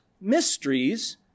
mysteries